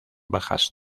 bajas